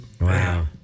Wow